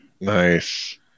nice